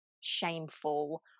shameful